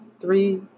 three